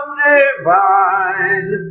divine